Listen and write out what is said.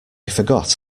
forgot